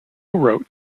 wrote